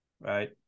right